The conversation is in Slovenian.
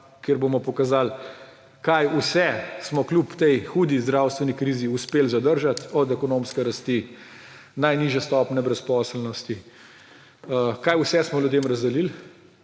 kjer bomo pokazali, kaj vse smo kljub tej hudi zdravstveni krizi uspeli zadržati, od ekonomske rasti, najnižje stopnje brezposelnosti, kaj vse smo ljudem razdelili.